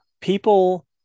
People